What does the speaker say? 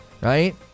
Right